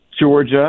Georgia